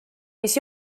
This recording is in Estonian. mis